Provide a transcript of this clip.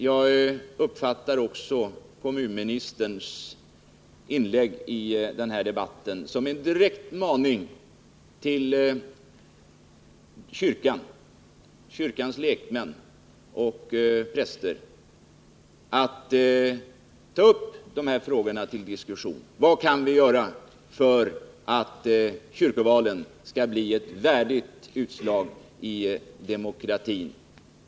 Jag uppfattar också kommunministerns inlägg i den här debatten som en direkt maning till kyrkans lekmän och präster att ta upp de här frågorna till diskussion. Vad kan vi göra för att kyrkovalen skall bli ett värdigt inslag i demokratin?